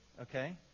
Okay